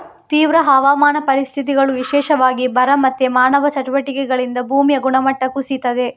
ತೀವ್ರ ಹವಾಮಾನ ಪರಿಸ್ಥಿತಿಗಳು, ವಿಶೇಷವಾಗಿ ಬರ ಮತ್ತೆ ಮಾನವ ಚಟುವಟಿಕೆಗಳಿಂದ ಭೂಮಿಯ ಗುಣಮಟ್ಟ ಕುಸೀತದೆ